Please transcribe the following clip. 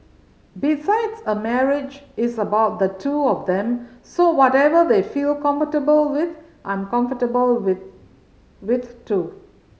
besides a marriage is about the two of them so whatever they feel comfortable with I'm comfortable with with too